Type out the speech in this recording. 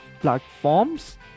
platforms